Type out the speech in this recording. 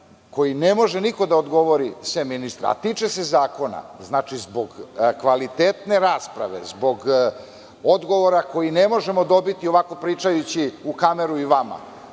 koji ne može niko da odgovori sem ministra, a tiče se zakona. Znači, zbog kvalitetne rasprave, zbog odgovora koji ne možemo dobiti ovako pričajući u kameru i vama,